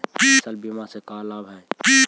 फसल बीमा से का लाभ है?